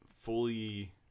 fully